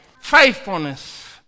Faithfulness